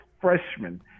freshman